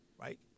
Right